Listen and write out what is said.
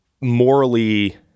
morally